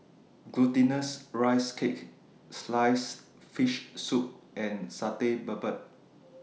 Glutinous Rice Cake Sliced Fish Soup and Satay Babat